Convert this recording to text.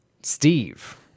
Steve